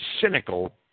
cynical